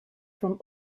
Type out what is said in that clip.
from